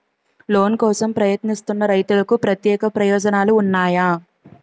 Loan కోసం ప్రయత్నిస్తున్న రైతులకు ప్రత్యేక ప్రయోజనాలు ఉన్నాయా?